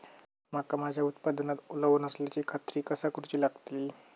मका माझ्या उत्पादनात ओलावो नसल्याची खात्री कसा करुची लागतली?